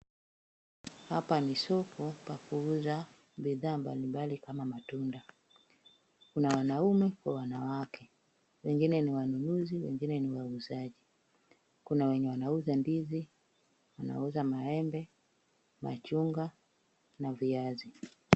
Hapa ni soko pa kuuza bidhaa mbalimbali kama matunda, kuna wanaume kwa wanawake, wengine ni wanunuzi, wengine ni wauzaji, kuna wenye wanauza ndizi, wanauza maembe, machungwa na viazi.